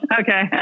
Okay